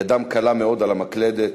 ידם קלה מאוד על המקלדת,